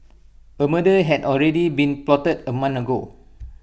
A murder had already been plotted A month ago